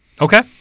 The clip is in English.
Okay